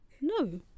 no